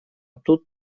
тут